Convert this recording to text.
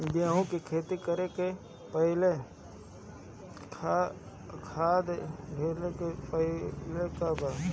गेहू के खेती करे से पहिले खाद छिटे के परेला का?